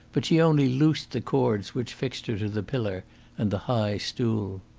but she only loosed the cords which fixed her to the pillar and the high stool.